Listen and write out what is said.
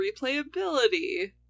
replayability